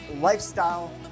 Lifestyle